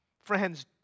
Friends